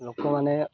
ଲୋକମାନେ